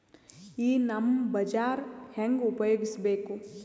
ಈ ನಮ್ ಬಜಾರ ಹೆಂಗ ಉಪಯೋಗಿಸಬೇಕು?